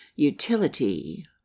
Utility